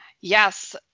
Yes